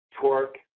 torque